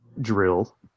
Drill